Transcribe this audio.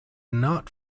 not